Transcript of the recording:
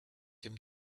him